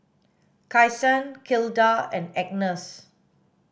Kyson Gilda and Agness